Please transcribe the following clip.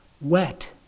wet